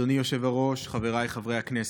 אדוני היושב-ראש, חבריי חברי הכנסת,